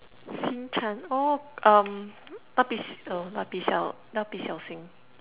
shin-chan oh um 蜡笔小新： la bi xiao xin